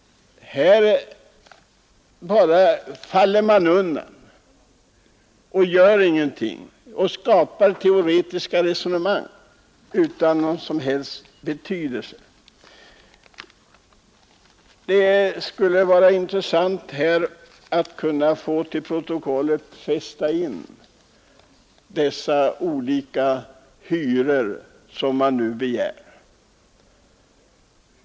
Här faller man bara undan och anför teoretiska resonemang utan någon som helst betydelse. Det skulle vara intressant att till protokollet få läsa in de olika hyror som bolagen begär.